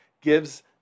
gives